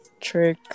trick